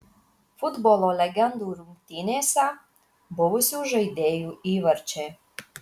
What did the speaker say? futbolo legendų rungtynėse buvusių žaidėjų įvarčiai